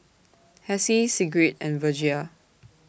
Hessie Sigrid and Virgia